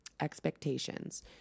expectations